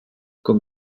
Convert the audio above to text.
con